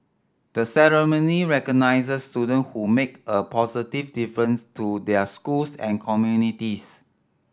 the ceremony recognises student who make a positive difference to their schools and communities